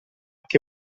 che